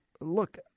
look